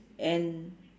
and